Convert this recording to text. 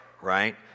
right